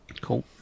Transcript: Cool